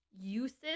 Uses